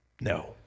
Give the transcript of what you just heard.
No